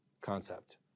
concept